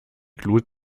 glut